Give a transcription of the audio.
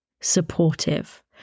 supportive